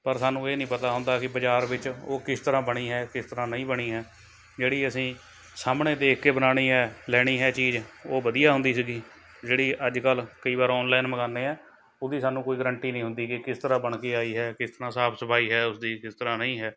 ਪਰ ਸਾਨੂੰ ਇਹ ਨੀ ਪਤਾ ਹੁੰਦਾ ਕਿ ਬਾਜ਼ਾਰ ਵਿੱਚ ਉਹ ਕਿਸ ਤਰ੍ਹਾਂ ਬਣੀ ਹੈ ਕਿਸ ਤਰ੍ਹਾਂ ਨਹੀਂ ਬਣੀ ਹੈ ਜਿਹੜੀ ਅਸੀਂ ਸਾਹਮਣੇ ਦੇਖ ਕੇ ਬਣਾਉਣੀ ਹੈ ਲੈਣੀ ਹੈ ਚੀਜ਼ ਉਹ ਵਧੀਆ ਹੁੰਦੀ ਸੀਗੀ ਜਿਹੜੀ ਅੱਜ ਕੱਲ੍ਹ ਕਈ ਵਾਰ ਔਨਲਾਈਨ ਮੰਗਾਉਂਦੇ ਹਾਂ ਉਹਦੀ ਸਾਨੂੰ ਕੋਈ ਗਰੰਟੀ ਨਹੀਂ ਹੁੰਦੀ ਕਿ ਕਿਸ ਤਰ੍ਹਾਂ ਬਣ ਕੇ ਆਈ ਹੈ ਕਿਸ ਤਰ੍ਹਾਂ ਸਾਫ਼ ਸਫ਼ਾਈ ਹੈ ਉਸ ਦੀ ਕਿਸ ਤਰ੍ਹਾਂ ਨਹੀਂ ਹੈ